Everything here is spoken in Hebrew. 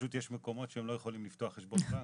פשוט יש מקומות שהם לא יכולים לפתוח חשבון בנק,